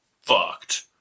fucked